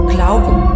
Glauben